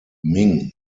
min